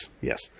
yes